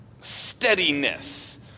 steadiness